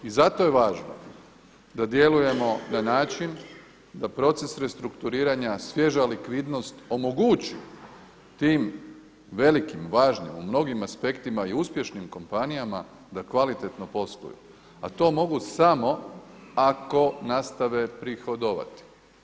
I zato je važno da djelujemo na način da proces restrukturiranja, svježa likvidnost omogući tim velikim, važnim, u mnogim aspektima i uspješnim kompanijama da kvalitetno posluju a to mogu samo ako nastave prihodovati.